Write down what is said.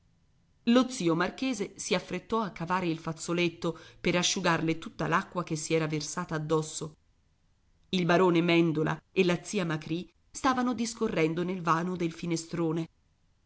lo zio marchese si affrettò a cavare il fazzoletto per asciugarle tutta l'acqua che si era versata addosso il barone mèndola e la zia macrì stavano discorrendo nel vano del finestrone